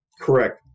Correct